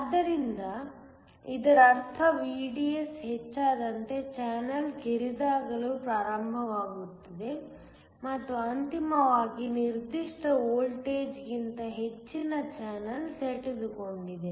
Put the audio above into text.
ಆದ್ದರಿಂದ ಇದರರ್ಥ VDS ಹೆಚ್ಚಾದಂತೆ ಚಾನಲ್ ಕಿರಿದಾಗಲು ಪ್ರಾರಂಭವಾಗುತ್ತದೆ ಮತ್ತು ಅಂತಿಮವಾಗಿ ನಿರ್ದಿಷ್ಟ ವೋಲ್ಟೇಜ್ಗಿಂತ ಹೆಚ್ಚಿನ ಚಾನಲ್ ಸೆಟೆದುಕೊಂಡಿದೆ